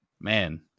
man